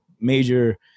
major